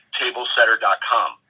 tablesetter.com